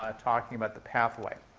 ah talking about the pathway.